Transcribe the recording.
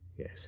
Yes